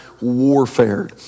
warfare